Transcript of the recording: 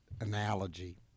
analogy